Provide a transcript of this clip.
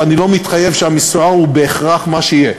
ואני לא מתחייב שהמספר הוא בהכרח מה שיהיה.